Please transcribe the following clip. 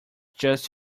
just